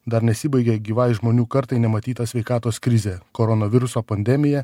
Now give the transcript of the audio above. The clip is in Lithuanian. dar nesibaigė gyvai žmonių kartai nematyta sveikatos krizė koronaviruso pandemiją